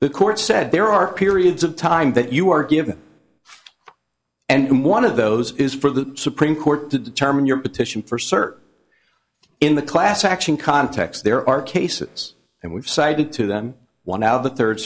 the court said there are periods of time that you are given and one of those is for the supreme court to determine your petition for cert in the class action context there are cases and we've cited to them one now the third